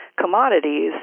commodities